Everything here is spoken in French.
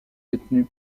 détenue